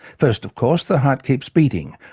first, of course, the heart keeps beating,